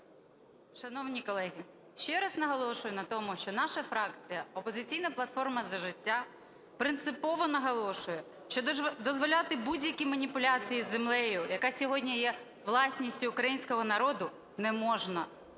Шановні колеги, ще раз наголошую на тому, що наша фракція, "Опозиційна платформа - За життя", принципово наголошує, що дозволяти будь-які маніпуляції з землею, яка сьогодні є власністю українського народу, не можна.